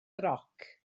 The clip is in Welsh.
roc